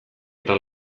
eta